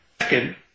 Second